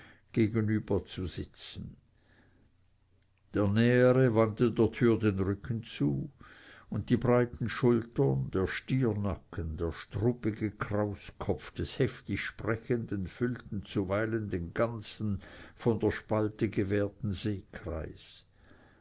bedeckten tische gegenüberzusitzen der nähere wandte der tür den rücken zu und die breiten schultern der stiernacken der struppige krauskopf des heftig sprechenden füllten zuweilen den ganzen von der spalte gewährten sehkreis